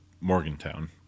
Morgantown